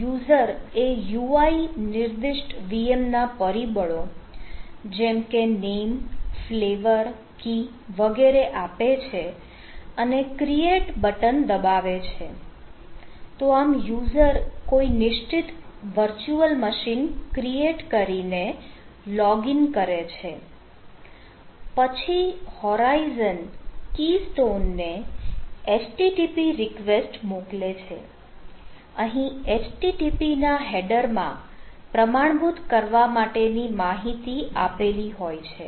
user એ UI નિર્દિષ્ટ VM ના પરિબળો જેવા કે નેમ ફ્લેવર કી વગેરે આપે છે ક્રીએટ બટન માં પ્રમાણભૂત કરવા માટેની માહિતી આપેલી હોય છે